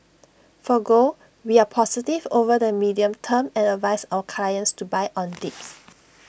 for gold we are positive over the medium term and advise our clients to buy on dips